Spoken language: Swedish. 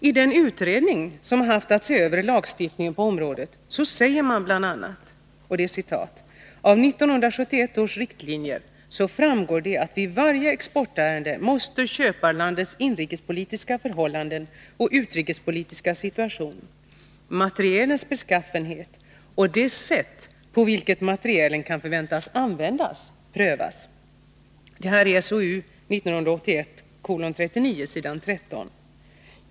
I den utredning som haft att se över lagstiftningen på området sägs bl.a.: ”Av 1971 års riktlinjer framgår att i varje exportärende måste köparlandets inrikespolitiska förhållande och utrikespolitiska situation, materielens beskaffenhet och” — jag understryker detta — ”på vilket sätt materielen kan förväntas bli använd prövas.” Det här är ett citat ur SOU 1981:39, s. 13.